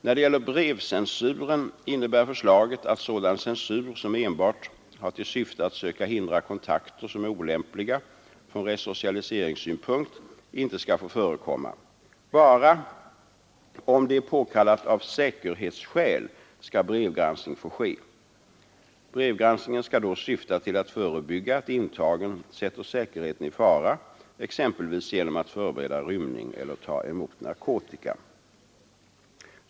När det gäller brevcensuren innebär förslaget att sådan censur som enbart har till syfte att söka hindra kontakter som är olämpliga från resocialiseringssynpunkt inte skall få förekomma. Bara om det är påkallat av säkerhetsskäl skall brevgranskning få ske. Brevgranskning skall då syfta till att förebygga att intagen sätter säkerheten i fara exempelvis genom att förbereda rymning eller ta emot narkotika.